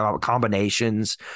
combinations